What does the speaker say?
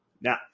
Now